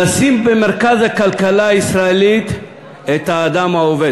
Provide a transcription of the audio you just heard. "לשים במרכז הכלכלה הישראלית את האדם העובד".